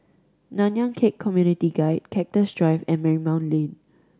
Nanyang Khek Community Guild Cactus Drive and Marymount Lane